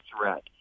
threat